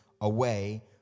away